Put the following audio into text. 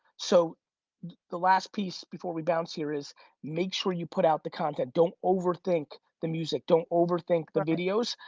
so the last piece before we bounce here is make sure you put out the content. don't overthink the music. don't overthink the videos.